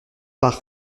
par